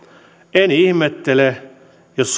en ihmettele jos